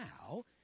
now